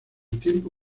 tiempo